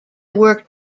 worked